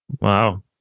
Wow